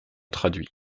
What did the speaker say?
traduits